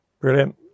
Brilliant